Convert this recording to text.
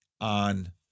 on